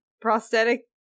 prosthetic